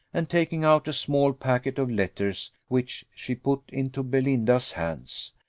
and taking out a small packet of letters, which she put into belinda's hands.